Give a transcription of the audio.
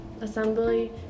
assembly